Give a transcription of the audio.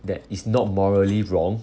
that is not morally wrong